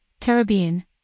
Caribbean